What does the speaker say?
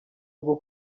bwo